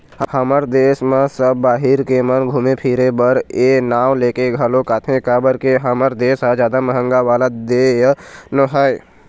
हमर देस म सब बाहिर के मन घुमे फिरे बर ए नांव लेके घलोक आथे काबर के हमर देस ह जादा महंगा वाला देय नोहय